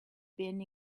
been